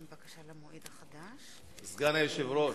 סגן היושב-ראש.